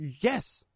Yes